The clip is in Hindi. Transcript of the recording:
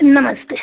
नमस्ते